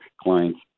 clients